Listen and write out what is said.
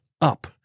up